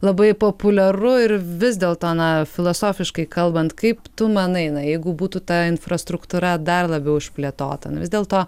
labai populiaru ir vis dėl to na filosofiškai kalbant kaip tu manai na jeigu būtų ta infrastruktūra dar labiau išplėtota vis dėlto